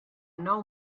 nou